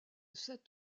sept